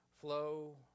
Flow